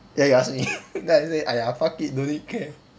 ya you ask me then I say !aiya! fuck it don't need care